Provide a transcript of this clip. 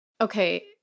Okay